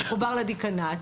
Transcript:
שמחובר לדיקנאט,